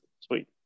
sweet